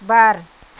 बार